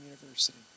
University